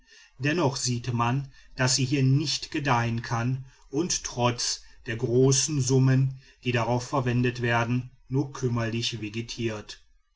deutlich sieht man daß sie hier nicht gedeihen kann und trotz der großen summen die darauf verwendet werden nur kümmerlich vegetiert